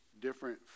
different